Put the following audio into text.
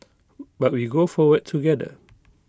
but we go forward together